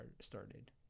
started